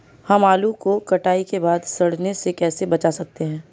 हम आलू को कटाई के बाद सड़ने से कैसे बचा सकते हैं?